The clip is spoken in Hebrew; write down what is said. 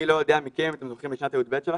מי לא יודע מכם, אתם זוכרים את שנת ה-י"ב שלכם,